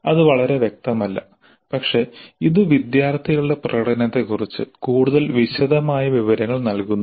അത് വളരെ വ്യക്തമല്ല പക്ഷേ ഇത് വിദ്യാർത്ഥികളുടെ പ്രകടനത്തെക്കുറിച്ച് കൂടുതൽ വിശദമായ വിവരങ്ങൾ നൽകുന്നു